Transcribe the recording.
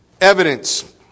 evidence